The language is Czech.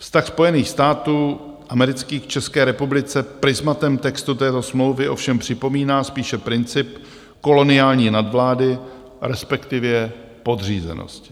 Vztah Spojených států amerických k České republice prizmatem textu této smlouvy ovšem připomíná spíše princip koloniální nadvlády, respektive podřízenosti.